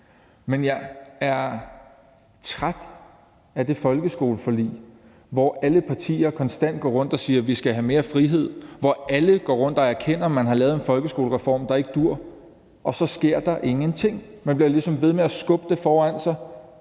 Men jeg er træt af, at alle partier i det her folkeskoleforlig konstant går rundt og siger, at vi skal have mere frihed, at alle går rundt og erkender, at man har lavet en folkeskolereform, der ikke duer, og at så sker der ingenting. Man bliver ligesom ved med at skubbe det foran sig,